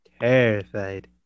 terrified